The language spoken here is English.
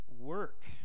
work